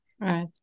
Right